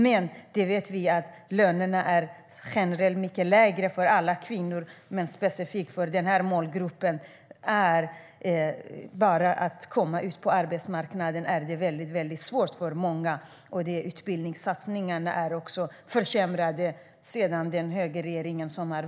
Vi vet att lönerna generellt sett är mycket lägre för alla kvinnor och specifikt för den målgruppen. Det är svårt för många av dem att komma ut på arbetsmarknaden. Satsningarna på utbildning försämrades under högerregeringen.